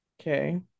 Okay